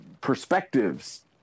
perspectives